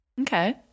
Okay